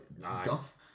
guff